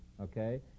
Okay